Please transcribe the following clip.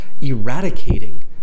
eradicating